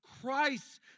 Christ